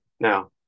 Now